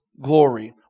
glory